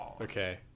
Okay